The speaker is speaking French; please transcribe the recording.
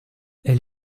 elle